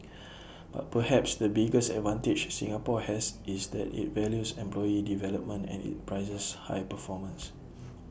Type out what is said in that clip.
but perhaps the biggest advantage Singapore has is that IT values employee development and IT prizes high performance